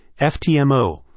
FTMO